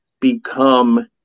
become